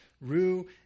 rue